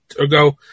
ago